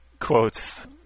quotes